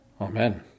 amen